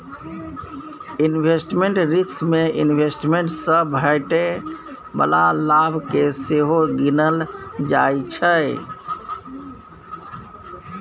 investment risk मे investment सँ भेटै बला लाभ केँ सेहो गिनल जाइ छै